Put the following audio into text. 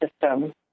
system